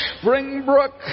Springbrook